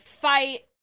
fight